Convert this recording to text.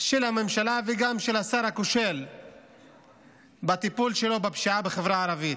של הממשלה וגם של השר הכושל בטיפול שלו בפשיעה בחברה הערבית.